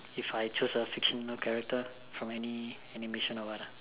if I choose a fictional character from any animation or what ah